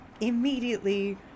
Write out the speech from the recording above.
immediately